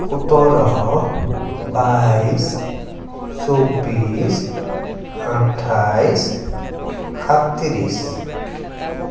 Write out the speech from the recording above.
সোতৰ বাইছ চৌব্বিছ আঠাইছ সাতত্ৰিছ